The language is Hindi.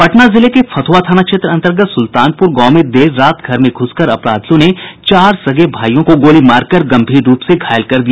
पटना जिले के फतुहा थाना क्षेत्र अंतर्गत सुल्तानपुर गांव में देर रात घर में घुसकर अपराधियों ने चार सगे भाईयों को गोली मारकर गंभीर रूप से घायल कर दिया